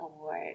Award